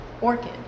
orchid